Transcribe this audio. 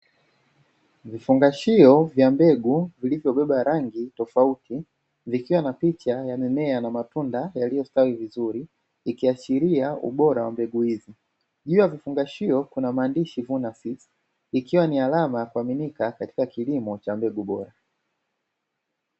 Vifungashio vya mbegu vilivyobeba rangi tofauti vikiwa na picha ya mimea na matunda yaliyostawi vizuri ikiashiria ubora wa mbegu hizi. Juu ya vifungashio kuna maandishi "Vuna Seeds" ikiwa ni alama yankuaminika katika kilimo cha mbegu bora.